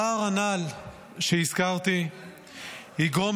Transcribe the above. הפער הנ"ל שהזכרתי יגרום